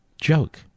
joke